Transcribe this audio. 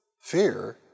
fear